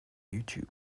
youtube